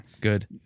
good